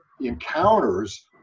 encounters